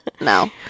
No